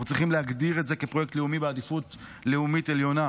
אנחנו צריכים להגדיר את זה כפרויקט לאומי בעדיפות לאומית עליונה.